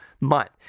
month